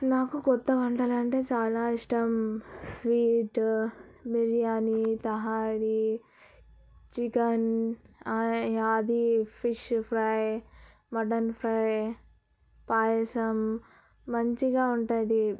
నాకు కొత్త వంటలు అంటే చాలా ఇష్టం స్వీట్ బిర్యానీ తహరి చికెన్ అది fish fry mutton fry payasam మంచిగా ఉంటుంది